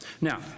Now